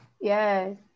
Yes